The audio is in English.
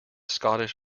scottish